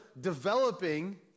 developing